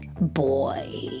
Boy